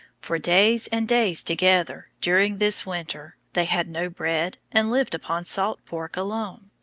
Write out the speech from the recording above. for days and days together, during this winter, they had no bread and lived upon salt pork alone.